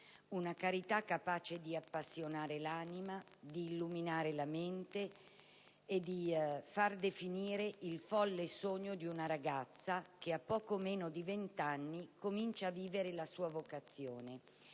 una carità capace di appassionare l'anima, di illuminare la mente e di far definire il folle sogno di una ragazza che, a poco meno di 20 anni, comincia a vivere la sua vocazione